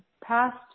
past